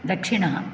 दक्षिणः